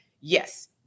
yes